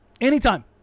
Anytime